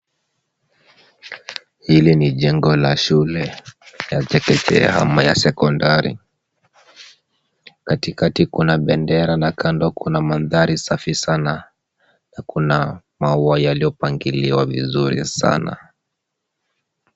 Hili ni jengo la shule ya chekechea ama ya sekondari. Katikati kuna bendera na kando kuna mandhari safi sana na kuna maua yaliyopangiliwa vizuri sana.